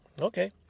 okay